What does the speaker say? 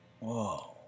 Whoa